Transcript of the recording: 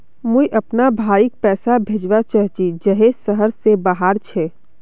मुई अपना भाईक पैसा भेजवा चहची जहें शहर से बहार छे